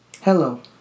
Hello